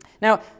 Now